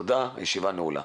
תודה, הישיבה נעולה.